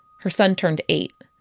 her son turned eight.